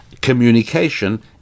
communication